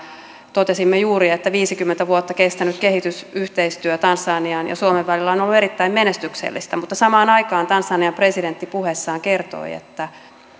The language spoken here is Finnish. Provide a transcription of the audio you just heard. totesimme juuri että viisikymmentä vuotta kestänyt kehitysyhteistyö tansanian ja suomen välillä on ollut erittäin menestyksellistä mutta samaan aikaan tansanian presidentti puheessaan kertoi että